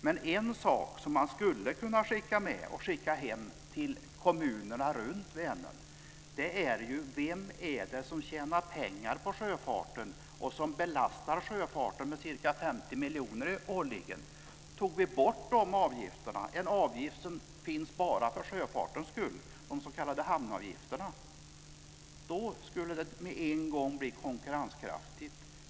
Men en sak som man skulle kunna skicka med hem till kommunerna runt Vänern är ju: Vem är det som tjänar pengar på sjöfarten och som belastar sjöfarten med ca 50 miljoner årligen? Tog vi bort de avgifterna, avgifter som finns bara för sjöfarten, dvs. de s.k. hamnavgifterna, då skulle det med en gång bli konkurrenskraftigt.